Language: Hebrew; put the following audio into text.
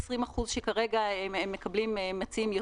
20% שכרגע הם מציעים יותר.